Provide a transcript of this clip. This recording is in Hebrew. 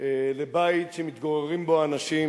לבית שמתגוררים בו אנשים,